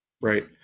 right